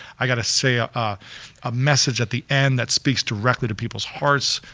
i gotta say ah ah ah message at the end that speaks directly to people's hearts.